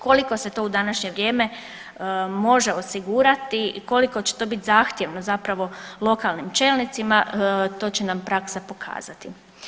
Koliko se to u današnje vrijeme može osigurati i koliko će to biti zahtjevno zapravo lokalnim čelnicima to će nam praksa pokazati.